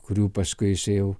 kurių paskui jisai jau